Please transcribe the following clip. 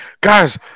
guys